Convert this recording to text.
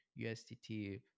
usdt